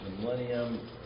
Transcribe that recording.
millennium